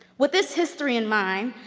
with this history in mind,